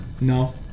No